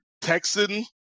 Texan